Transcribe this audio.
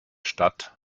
statt